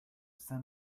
saint